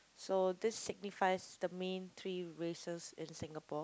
so this signifies the main three races in Singapore